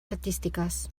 artístiques